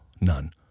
none